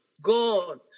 God